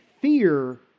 Fear